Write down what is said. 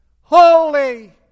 holy